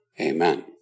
amen